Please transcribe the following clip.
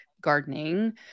gardening